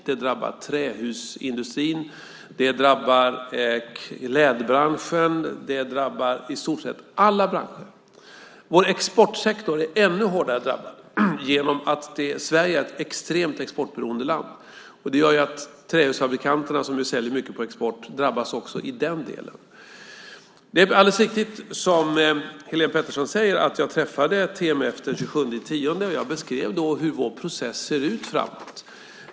Det drabbar trähusindustrin, klädbranschen och i stort sett alla branscher. Vår exportsektor är ännu hårdare drabbad. Sverige är ett extremt exportberoende land. Det gör att trähusfabrikanterna, som säljer mycket på export, drabbas också i den delen. Det är alldeles riktigt som Helene Petersson säger att jag träffade TMF den 27 oktober. Jag beskrev då hur vår process ser ut framåt.